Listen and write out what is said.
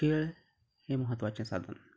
खेळ हें महत्वाचें साधन